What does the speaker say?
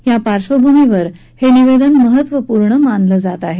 या पार्श्वभूमीवर हे निवेदन महत्त्वपूर्ण समजलं जात आहे